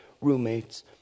roommates